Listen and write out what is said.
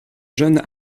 jeune